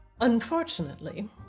Unfortunately